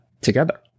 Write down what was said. together